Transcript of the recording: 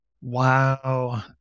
wow